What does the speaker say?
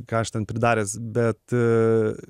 ką aš ten pridaręs bet